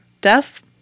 Death